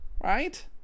Right